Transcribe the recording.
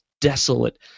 desolate